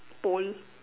pole